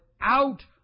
out